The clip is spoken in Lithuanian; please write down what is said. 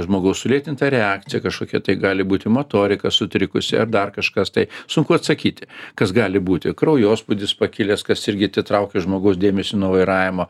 žmogaus sulėtinta reakcija kažkokia tai gali būti motorika sutrikusi ar dar kažkas tai sunku atsakyti kas gali būti kraujospūdis pakilęs kas irgi atitraukia žmogaus dėmesį nuo vairavimo